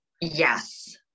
yes